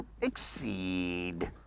exceed